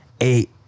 eight